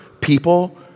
people